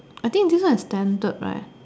I think this one is standard right